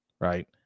right